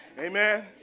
Amen